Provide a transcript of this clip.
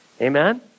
Amen